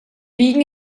liegen